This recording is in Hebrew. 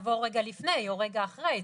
שנבוא רגע לפני או רגע אחרי,